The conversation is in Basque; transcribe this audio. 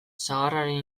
sagarraren